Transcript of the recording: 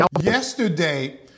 yesterday